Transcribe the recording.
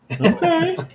Okay